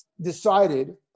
decided